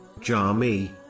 Jami